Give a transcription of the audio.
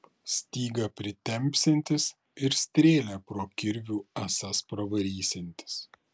stygą pritempsiantis ir strėlę pro kirvių ąsas pravarysiantis